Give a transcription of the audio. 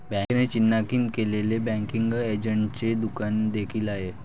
बँकेने चिन्हांकित केलेले बँकिंग एजंटचे दुकान देखील आहे